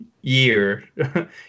year